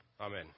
Amen